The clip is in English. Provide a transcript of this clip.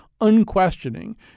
unquestioning